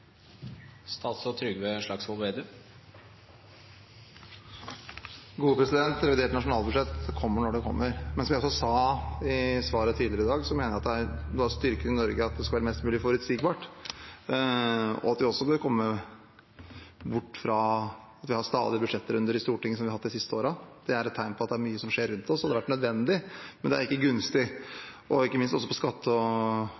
Revidert nasjonalbudsjett kommer når det kommer. Som jeg sa i et svar tidligere i dag, mener jeg at noe av styrken i Norge er at det skal være mest mulig forutsigbart, og at vi bør komme bort fra at vi har stadige budsjettrunder i Stortinget, som vi har hatt de siste årene. Det er et tegn på at det er mye som skjer rundt oss. Det har vært nødvendig, men det er ikke gunstig. Ikke minst på skatte- og